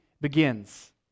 Begins